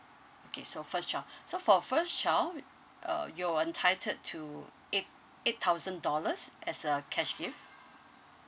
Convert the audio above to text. okay so first child so for first child uh you're entitled to eight eight thousand dollars as a cash gift